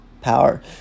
power